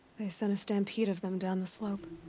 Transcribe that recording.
they sent a stampede of them down the slope.